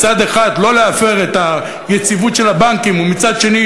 מצד אחד לא להפר את היציבות של הבנקים ומצד שני